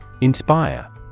Inspire